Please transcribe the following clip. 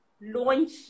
launch